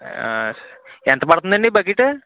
ఎంత పడుతుందండి బకెట్టు